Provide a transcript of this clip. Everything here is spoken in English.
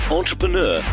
entrepreneur